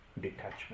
detachment